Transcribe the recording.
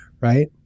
Right